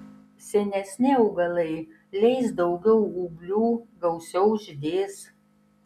senesni augalai leis daugiau ūglių gausiau žydės